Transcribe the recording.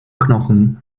knochen